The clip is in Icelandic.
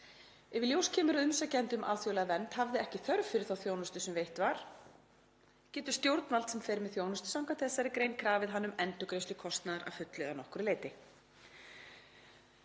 Ef í ljós kemur að umsækjandi um alþjóðlega vernd hafði ekki þörf fyrir þá þjónustu sem veitt var getur [stjórnvald sem fer með þjónustu samkvæmt þessari grein] krafið hann um endurgreiðslu kostnaðar að fullu eða nokkru leyti.“